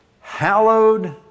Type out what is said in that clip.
Hallowed